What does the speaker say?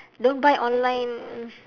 don't buy online